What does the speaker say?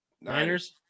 Niners